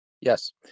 Yes